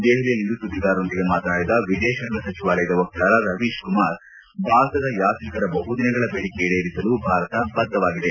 ದೆಹಲಿಯಲ್ಲಿಂದು ಸುದ್ದಿಗಾರರೊಂದಿಗೆ ಮಾತನಾಡಿದ ವಿದೇಶಾಂಗ ಸಚಿವಾಲಯದ ವಕ್ತಾರ ರವೀಶ್ ಕುಮಾರ್ ಭಾರತದ ಯಾತ್ರಿಕರ ಬಹುದಿನಗಳ ಬೇಡಿಕೆ ಈಡೇರಿಸಲು ಭಾರತ ಬದ್ಧವಾಗಿದೆ